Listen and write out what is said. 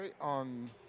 on